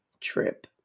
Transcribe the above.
trip